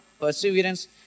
perseverance